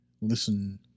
listen